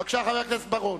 בבקשה, חבר הכנסת בר-און.